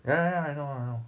ya ya ya I know I know